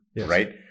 right